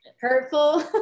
hurtful